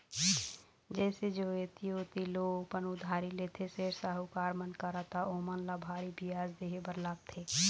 जइसे जो ऐती ओती ले ओमन उधारी लेथे, सेठ, साहूकार मन करा त ओमन ल भारी बियाज देहे बर लागथे